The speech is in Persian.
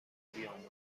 بیاموزند